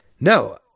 No